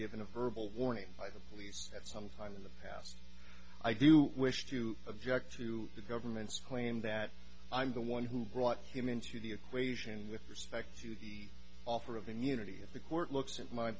given a verbal warning by the police at some time in the past i do wish to object to the government's claim that i'm the one who brought him into the equation with respect to the offer of immunity if the court looks at my